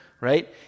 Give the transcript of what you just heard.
right